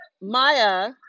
Maya